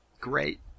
great